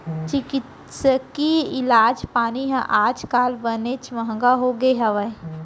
चिकित्सकीय इलाज पानी ह आज काल बनेच महँगा होगे हवय